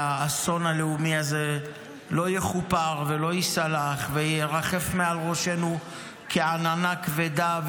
והאסון הלאומי הזה לא יכופר ולא ייסלח וירחף מעל ראשנו כעננה כבדה,